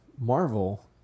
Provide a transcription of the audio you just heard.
Marvel